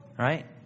Right